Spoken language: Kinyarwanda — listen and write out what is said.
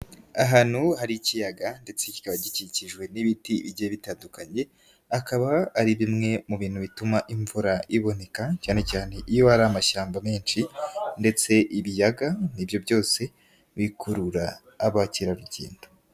Ahantu hari ikiyaga ndetse ki bikaba gikikijwe n'ibiti, igihe bitandukanye akaba ari bimwe mu bintu bituma imvura iboneka cyane cyane iyo ari amashyamba menshi ndetse ibiyaga n'i nibyo byose bikurura abakerarugendo.